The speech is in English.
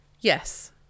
yes